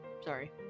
Sorry